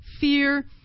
fear